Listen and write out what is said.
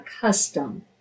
custom